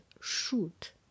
shoot